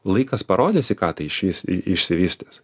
laikas parodys į ką tai išvirs išsivystys